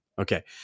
okay